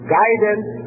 guidance